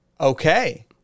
Okay